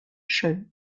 show